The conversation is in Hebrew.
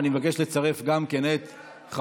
ואני אבקש לצרף כתומכים